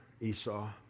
Esau